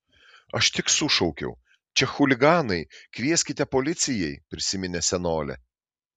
aš tik sušaukiau čia chuliganai kvieskite policijai prisiminė senolė